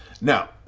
Now